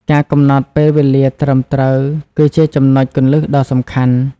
ការកំណត់ពេលវេលាត្រឹមត្រូវគឺជាចំណុចគន្លឹះដ៏សំខាន់។